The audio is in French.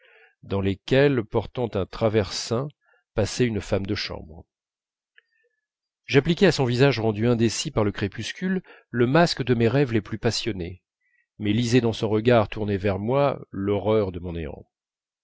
dans lesquelles portant un traversin passait une femme de chambre j'appliquais à son visage rendu indécis par le crépuscule le masque de mes rêves les plus passionnés mais lisais dans son regard tourné vers moi l'horreur de mon